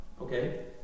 Okay